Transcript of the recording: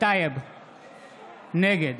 נגד